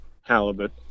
halibut